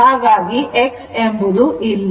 ಹಾಗಾಗಿ X ಎಂಬುದು ಇಲ್ಲ